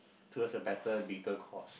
towards a better bigger cause